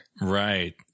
right